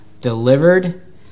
delivered